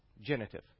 genitive